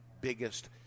biggest